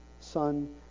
Son